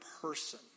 person